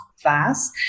fast